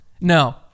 No